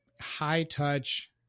high-touch